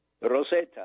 Rosetta